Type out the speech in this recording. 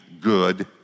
good